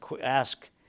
ask